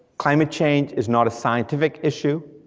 climate change is not a scientific issue,